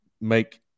make